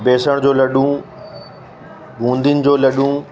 बेसण जो लॾूं बूंदियुनि जो लॾूं